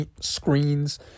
screens